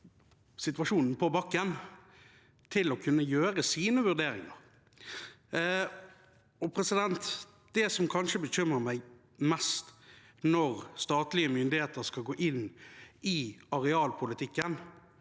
situasjonen på bakken – kan gjøre sine vurderinger. Det som kanskje bekymrer meg mest når statlige myndigheter skal gå inn i arealpolitikken,